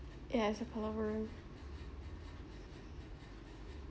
it hasn't pulled over